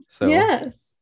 Yes